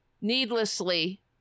needlessly